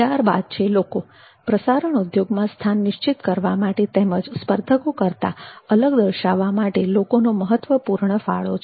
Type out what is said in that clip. ત્યારબાદ છે લોકો પ્રસારણ ઉદ્યોગમાં સ્થાન નિશ્ચિત કરવા માટે તેમજ સ્પર્ધકો કરતાં અલગ દર્શાવવા માટે લોકોનો મહત્વપૂર્ણ ફાળો છે